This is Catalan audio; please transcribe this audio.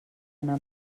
anar